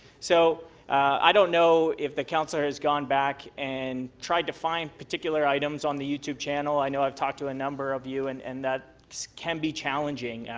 so i don't know if the councillor has gone back and tried to find particular items on the you tube channel, i know i've talked to a number of you and and that can be challenging,